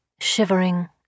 shivering